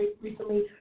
recently